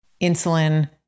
insulin